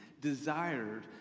desired